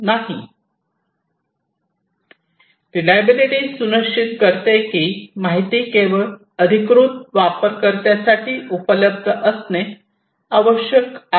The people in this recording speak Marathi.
रिलायबलिटी सुनिश्चित करते की माहिती केवळ अधिकृत वापरकर्त्यासाठी उपलब्ध असणे आवश्यक आहे